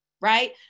right